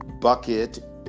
bucket